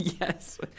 Yes